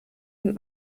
und